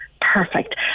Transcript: perfect